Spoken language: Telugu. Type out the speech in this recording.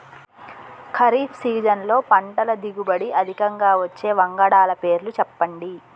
ఖరీఫ్ సీజన్లో పంటల దిగుబడి అధికంగా వచ్చే వంగడాల పేర్లు చెప్పండి?